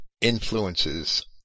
influences